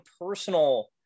personal